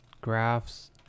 graphs